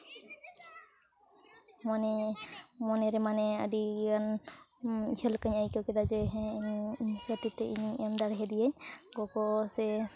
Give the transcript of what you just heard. ᱢᱚᱱᱮ ᱢᱚᱱᱮ ᱨᱮ ᱢᱟᱱᱮ ᱟᱹᱰᱤᱜᱟᱱ ᱤᱭᱟᱹ ᱞᱮᱠᱟᱧ ᱟᱹᱭᱠᱟᱹᱣ ᱠᱮᱫᱟ ᱡᱮ ᱦᱮᱸ ᱤᱧ ᱠᱷᱟᱹᱛᱤᱨᱛᱮ ᱤᱧ ᱮᱢ ᱫᱟᱲᱮ ᱦᱟᱫᱮᱭᱟᱹᱧ ᱜᱚᱜᱚ ᱥᱮ